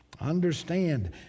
Understand